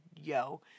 yo